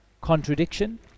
contradiction